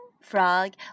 frog